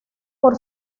por